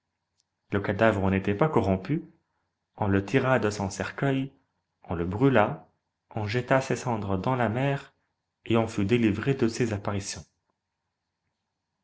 le cadavre n'était pas corrompu on le tira de son cercueil on le brûla on jeta ses cendres dans la mer et on fut délivré de ses apparitions